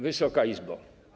Wysoka Izbo!